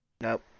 Nope